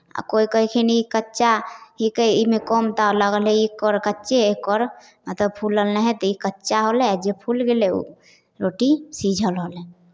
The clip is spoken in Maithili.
आ कोइ कहलखिन ई कच्चा ठीक हइ एहिमे कम ताव लागल हइ ई कर कच्चे हइ एक कर मतलब फूलल नहि हइ तऽ ई कच्चा होलै जे फुलि गेलै ओ रोटी सीझल रहलै